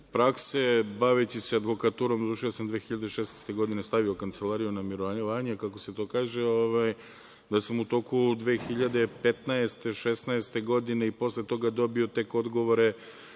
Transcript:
prakse, baveći se advokaturom, završio sam 2016. godine, stavio kancelariju na mirovanje, kako se to kaže, da sam u toku 2015, 2016. godine i posle toga dobio tek odgovore